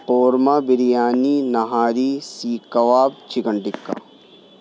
korma biryani nihari seekh kebab chicken tikka